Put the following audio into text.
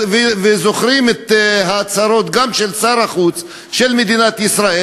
וזוכרים גם את ההצהרות של שר החוץ של מדינת ישראל,